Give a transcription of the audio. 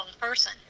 person